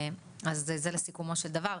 אז זה לסיכומו של דבר.